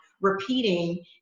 repeating